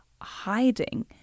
hiding